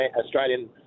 Australian